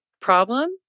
problem